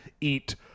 eat